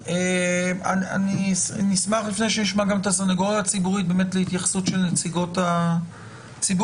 לפני שנשמע את הסנגוריה הציבורית אני אשמח להתייחסות של נציגות הציבור.